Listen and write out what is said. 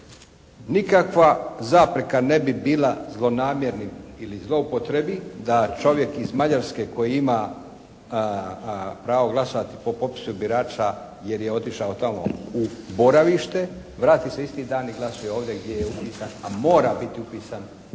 nikakva zapreka ne bi bila zlonamjernim ili u zloupotrebi da čovjek iz Mađarske koji ima pravo glasovati po popisu birača jer je otišao tamo u boravište, vrati se isti dan i glasuje ovdje gdje je upisan, a mora biti upisan